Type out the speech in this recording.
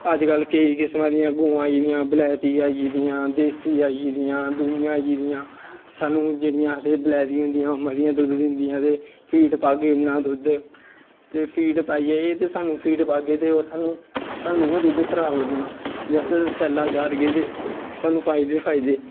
अजकल्ल केईं किसमां दियां गवां आई गेदियां बलैत्ती आई गेदियां देसी आई गेदियां दूइयां आई गेदियां सानू आखदे बलैत्ती होंदियां जेह्ड़ियां ओह् जादा दुद्ध दिंदियां ते फीड पागे उन्ना दुद्ध ते फीड पाइयै फीड पागे ते सानू ओह् दुद्ध खराब लग्गना जे अससैल्ला चारगे ते सानू फायदे गै फायदे